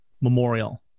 Memorial